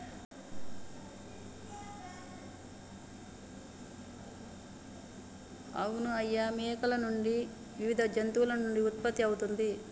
అవును అయ్య ఉన్ని మేకల నుండి వివిధ జంతువుల నుండి ఉత్పత్తి అవుతుంది